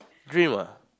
dream ah